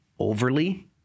overly